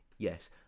Yes